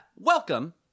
welcome